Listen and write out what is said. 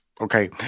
Okay